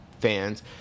fans